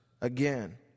again